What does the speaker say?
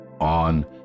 on